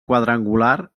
quadrangular